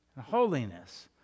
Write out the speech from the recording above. holiness